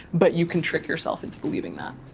but you can trick yourself into believing that.